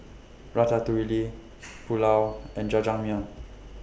Ratatouille Pulao and Jajangmyeon